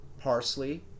Parsley